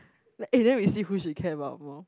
eh then we see who is she care about more